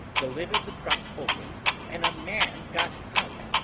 the lid of the trunk opened and a man got out.